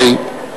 הוא פה.